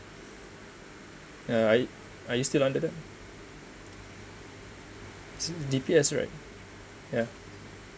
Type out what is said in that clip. ya are are you still under the D_B_S right ya